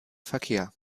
verkehr